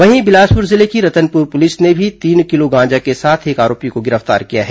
वहीं बिलासपुर जिले की रतनपुर पुलिस ने भी तीन किलो गांजे के साथ एक आरोपी को गिर फ्तार किया है